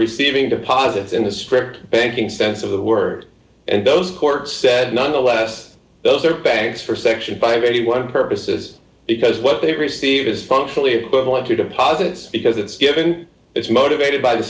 receiving deposits in a script banking sense of the word and those court said nonetheless those are banks for section five anyone purposes because what they receive is functionally equivalent to deposits because it's given it's motivated by the